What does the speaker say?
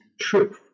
truth